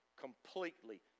completely